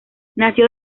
nació